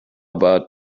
about